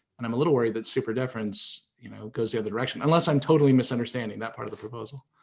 and i'm a little worried that super deference you know goes the other direction, unless i'm totally misunderstanding that part of the proposal.